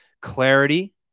clarity